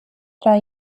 tra